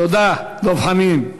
תודה, דב חנין.